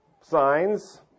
signs